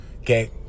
okay